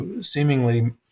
seemingly